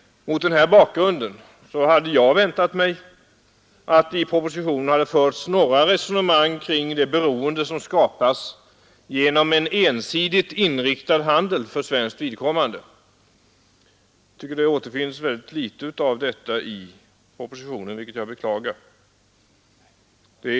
Mot denna bakgrund hade jag väntat mig att det i propositionen skulle ha förts några resonemang kring det beroende som skapas för svenskt vidkommande genom en ensidigt inriktad handel. Det återfinns väldigt litet av detta i propositionen.